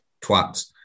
Twats